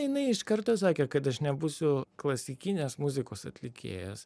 jinai iš karto sakė kad aš nebūsiu klasikinės muzikos atlikėjas